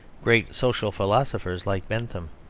great social philosophers like bentham,